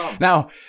Now